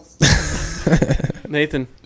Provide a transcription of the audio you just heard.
Nathan